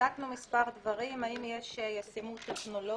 בדקנו מספר דברים: האם יש ישימות טכנולוגית,